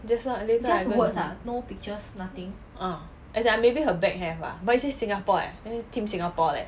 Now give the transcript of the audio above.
just now I think uh as in like maybe her back have ah but it says singapore eh that means team singapore leh